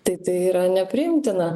tai tai yra nepriimtina